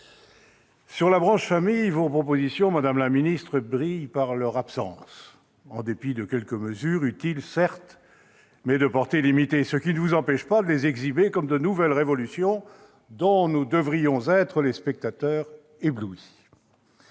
sur la branche famille, vos propositions brillent par leur absence, en dépit de quelques mesures, certes utiles, mais de portée limitée, ce qui ne vous empêche pas de les exhiber comme de nouvelles révolutions dont nous devrions être les spectateurs éblouis.